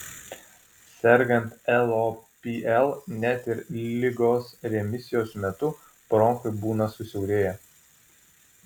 sergant lopl net ir ligos remisijos metu bronchai būna susiaurėję